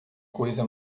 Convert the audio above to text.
coisa